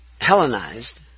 Hellenized